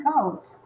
out